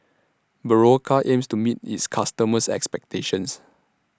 Berocca aims to meet its customers' expectations